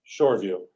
Shoreview